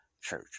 church